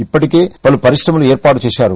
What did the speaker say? ఇప్పటికే పలు పరిశ్రమలు ఏర్పాటు చేశారు